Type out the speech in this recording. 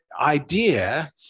idea